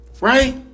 Right